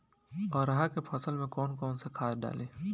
अरहा के फसल में कौन कौनसा खाद डाली?